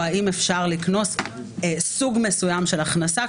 האם אפשר לקנוס סוג מסוים של הכנסה,